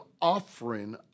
offering